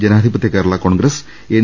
ജനാധിപത്യ Kerala Congress N